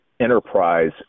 enterprise